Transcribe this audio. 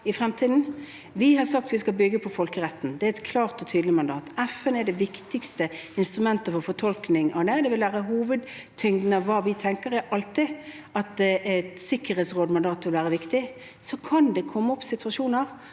i fremtiden. Vi har sagt at vi skal bygge på folkeretten. Det er et klart og tydelig mandat. FN er det viktigste instrumentet for fortolkning av det. Hovedtyngden i det vi tenker, vil alltid være at det er Sikkerhetsrådets mandat som vil være viktig. Så kan det komme situasjoner